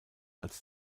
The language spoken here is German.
als